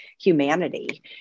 humanity